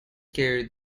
carried